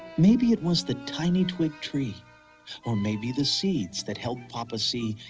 maybe it was the tiny twig tree our maybe the seeds that helped papa see